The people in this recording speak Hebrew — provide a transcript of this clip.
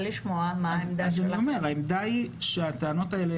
אז אני אומר, העמדה היא שהטענות האלה